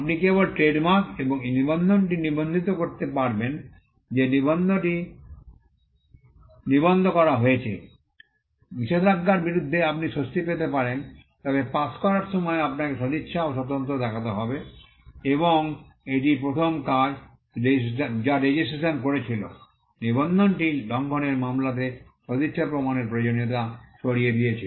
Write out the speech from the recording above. আপনি কেবল trademark এবং নিবন্ধটি নিবন্ধিত করতে পারবেন যে নিবন্ধটি নিবন্ধ করা হয়েছে নিষেধাজ্ঞার বিরুদ্ধে আপনি স্বস্তি পেতে পারেন তবে পাস করার সময় আপনাকে সদিচ্ছা ও স্বাতন্ত্র্য দেখাতে হবে এবং এটিই প্রথম কাজ যা রেজিস্ট্রেশন করেছিল নিবন্ধনটি লঙ্ঘনের মামলাতে সদিচ্ছা প্রমাণের প্রয়োজনীয়তা সরিয়ে দিয়েছে